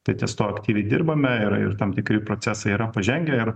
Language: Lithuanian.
tai ties tuo aktyviai dirbame ir ir tam tikri procesai yra pažengę ir